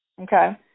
Okay